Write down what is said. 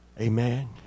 Amen